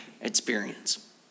experience